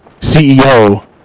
CEO